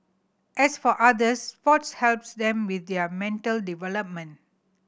as for others sports helps them with their mental development